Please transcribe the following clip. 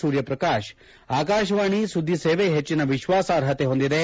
ಸೂರ್ಯಪ್ರಕಾಶ್ ಆಕಾಶವಾಣಿ ಸುದ್ದಿ ಸೇವೆ ಹೆಚ್ಚಿನ ವಿಶ್ವಾಸಾರ್ಹತೆ ಹೊಂದಿದೆ